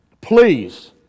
Please